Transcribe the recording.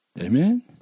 Amen